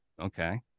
okay